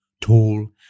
tall